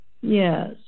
Yes